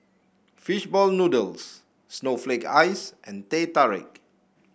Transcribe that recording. fish ball noodles Snowflake Ice and Teh Tarik